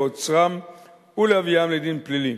לעוצרם ולהביאם לדין פלילי.